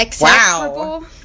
Wow